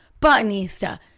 buttonista